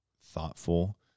thoughtful